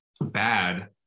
bad